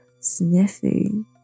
sniffing